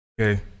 Okay